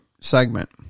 segment